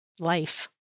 life